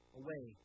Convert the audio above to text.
away